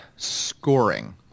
scoring